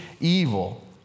evil